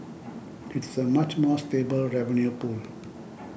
it's a much more stable revenue pool